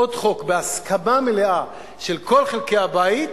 עוד חוק בהסכמה מלאה של כל חלקי הבית,